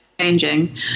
changing